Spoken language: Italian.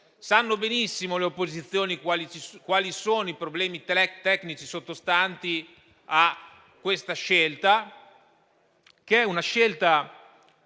Sanno benissimo, le opposizioni, quali sono i problemi tecnici sottostanti a questa scelta, che è una scelta